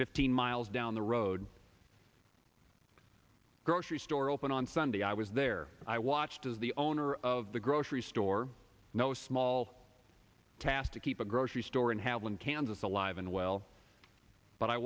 fifteen miles down the road a grocery store open on sunday i was there i watched as the owner of the grocery store no small task to keep a grocery store and have one kansas alive and well but i